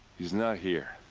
he's not here.